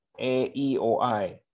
AEOI